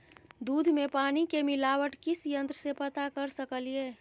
दूध में पानी के मिलावट किस यंत्र से पता कर सकलिए?